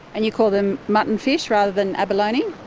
and you call them muttonfish, rather than abalone?